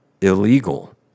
illegal